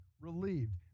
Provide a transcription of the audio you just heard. relieved